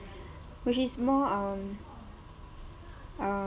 which is more um um